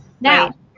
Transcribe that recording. Now